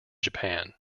japan